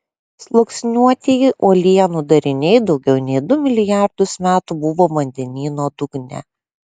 sluoksniuotieji uolienų dariniai daugiau nei du milijardus metų buvo vandenyno dugne